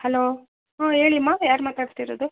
hello ಹಾಂ ಹೇಳೀಮ್ಮ ಯಾರು ಮಾತಾಡ್ತಿರೋದು